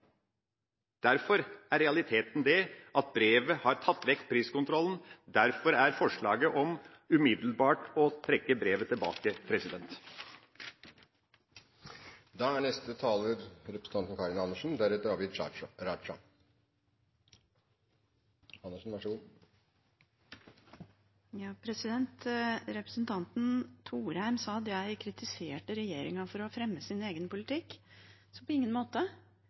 Derfor er realiteten det at brevet har tatt vekk priskontrollen. Derfor er forslaget umiddelbart å trekke brevet tilbake. Representanten Thorheim sa at jeg kritiserte regjeringen for å fremme sin egen politikk. På ingen måte